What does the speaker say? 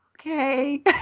okay